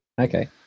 okay